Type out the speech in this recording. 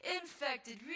infected